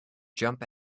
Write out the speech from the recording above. jump